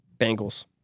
Bengals